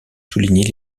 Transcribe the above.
souligner